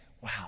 Wow